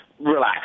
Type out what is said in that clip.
relax